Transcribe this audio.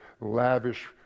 lavish